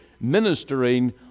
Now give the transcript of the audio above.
ministering